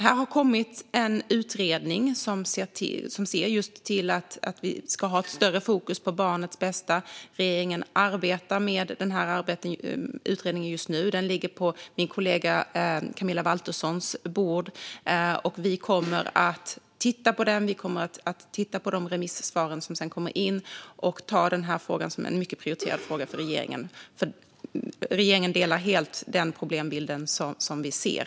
Det har kommit en utredning om att vi ska ha ett fokus på barnets bästa. Regeringen arbetar med den här utredningen just nu. Den ligger på min kollega Camilla Waltersson Grönvalls bord, och vi kommer att titta på den och på de remissvar som sedan kommer in och ta den här frågan som en mycket prioriterad fråga. Regeringen delar helt den problembild som vi ser.